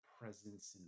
presence